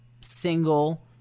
single